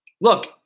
Look